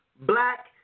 black